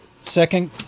second